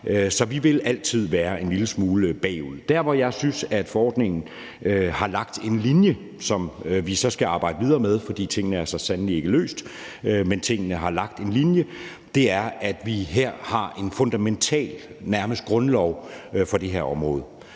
Så vi vil altid være en lille smule bagud. Der, hvor jeg synes forordningen har lagt en linje, som vi så skal arbejde videre med – tingene er så sandelig ikke løst, men der er lagt en linje – er det med, at vi her har en nærmest fundamental grundlov for det her område,